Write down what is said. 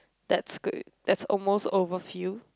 that's good that's almost overfill